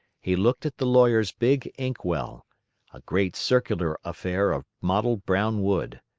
he looked at the lawyer's big ink-well a great, circular affair of mottled brown wood.